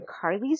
Carly's